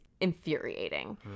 infuriating